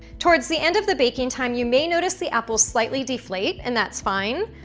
towards the end of the baking time, you may notice the apples slightly deflate and that's fine,